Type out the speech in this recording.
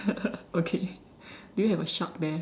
okay do you have a shark there